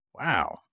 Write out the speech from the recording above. Wow